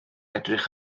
edrych